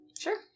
Sure